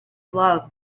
love